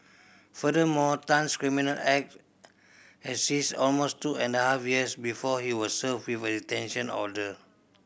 furthermore Tan's criminal act has ceased almost two and half years before he was served with a detention order